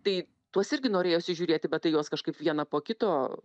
tai tuos irgi norėjosi žiūrėti bet tai juos kažkaip vieną po kito